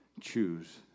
choose